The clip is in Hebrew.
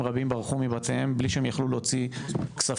רבים ברחו מבתיהם בלי שהם יכלו להוציא כספים,